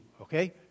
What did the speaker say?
okay